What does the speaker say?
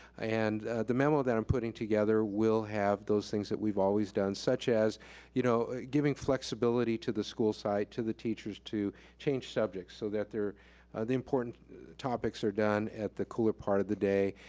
and the memo that i'm putting together will have those things that we've always done, such as you know giving flexibility to the school site, to the teachers, to change subjects so that the important topics are done at the cooler part of the day,